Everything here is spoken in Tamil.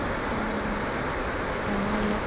இப்போது பரவாயில்ல